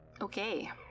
Okay